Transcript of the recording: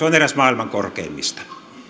on eräs maailman korkeimmista